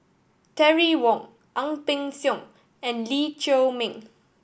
Terry Wong Ang Peng Siong and Lee Chiaw Meng